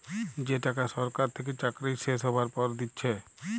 যে টাকা সরকার থেকে চাকরি শেষ হ্যবার পর দিচ্ছে